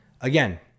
again